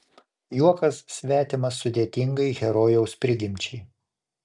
juokas svetimas sudėtingai herojaus prigimčiai